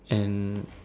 and